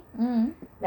mm